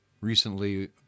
recently